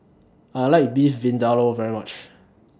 I like Beef Vindaloo very much